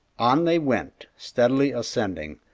on they went, steadily ascending,